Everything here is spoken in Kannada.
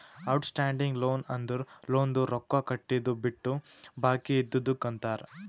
ಔಟ್ ಸ್ಟ್ಯಾಂಡಿಂಗ್ ಲೋನ್ ಅಂದುರ್ ಲೋನ್ದು ರೊಕ್ಕಾ ಕಟ್ಟಿದು ಬಿಟ್ಟು ಬಾಕಿ ಇದ್ದಿದುಕ್ ಅಂತಾರ್